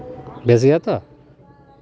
ᱵᱮᱥ ᱜᱮᱭᱟ ᱛᱚ